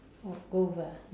oh over